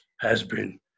has-been